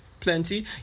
plenty